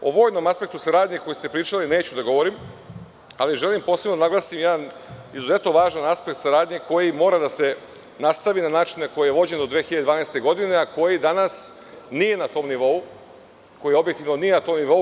O vojnom aspektu saradnje, o kojem ste pričali, neću da govorim, ali želim posebno da naglasim jedan izuzetno važan aspekt saradnje koji mora da se nastavi na način na koji je vođen do 2012. godine, a koji danas nije na tom nivou.